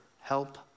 help